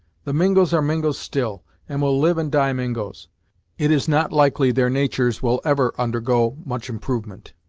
the mingos are mingos still, and will live and die mingos it is not likely their natur's will ever undergo much improvement.